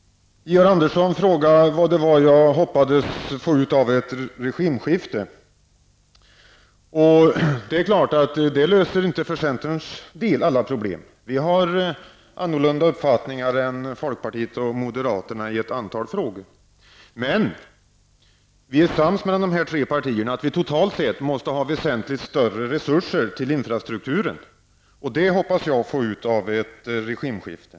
Georg Andersson undrade vad jag hoppas att få ut av ett regimskifte. Det är klart att för centerns del löser inte ett regimskifte alla problem. Vi har annorlunda uppfattningar än folkpartiet och moderaterna i ett antal frågor. Men vi inom dessa tre partier är överens om att det totalt sett måste fördelas betydligt större resurser till infrastrukturen. Det är vad jag hoppas på att få ut av ett regimskifte.